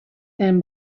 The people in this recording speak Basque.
den